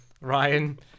ryan